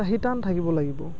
এটা শিতান থাকিব লাগিব